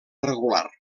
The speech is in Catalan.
regular